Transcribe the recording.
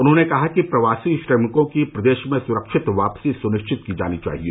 उन्होंने कहा कि प्रवासी श्रमिकों की प्रदेश में सुरक्षित वापसी सुनिश्चित की जानी चाहिए